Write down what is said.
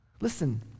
Listen